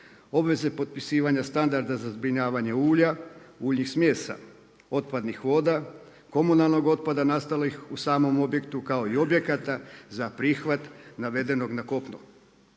obveze potpisivanja standarda za zbrinjavanje ulja, uljnih smjesa, otpadnih voda, komunalnog otpada nastalih u samom objektu kao i objekata za prihvat navedenog na kopno.